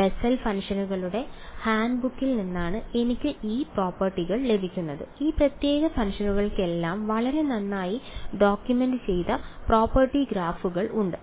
Bessel ഫംഗ്ഷനുകളുടെ ഹാൻഡ്ബുക്കിൽ നിന്നാണ് എനിക്ക് ഈ പ്രോപ്പർട്ടികൾ ലഭിക്കുന്നത് ഈ പ്രത്യേക ഫംഗ്ഷനുകൾക്കെല്ലാം വളരെ നന്നായി ഡോക്യുമെന്റ് ചെയ്ത പ്രോപ്പർട്ടി ഗ്രാഫുകൾ ഉണ്ട്